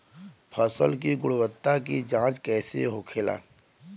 फसल की गुणवत्ता की जांच कैसे होखेला?